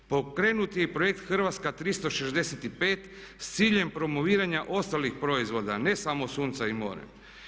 Pokrenut je projekt Hrvatska 365 s ciljem promoviranja ostalih proizvoda a ne samo sunca i mora.